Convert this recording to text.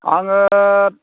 आङो